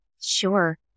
Sure